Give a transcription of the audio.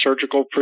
surgical